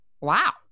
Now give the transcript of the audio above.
Wow